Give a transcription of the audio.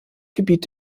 gebiet